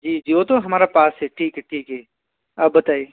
जी जी वो तो हमारे पास है ठीक है ठीक है आप बताइए